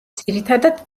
ძირითადად